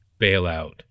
bailout